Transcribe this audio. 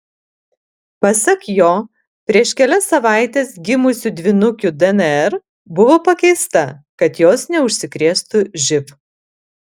pasak jo prieš kelias savaites gimusių dvynukių dnr buvo pakeista kad jos neužsikrėstų živ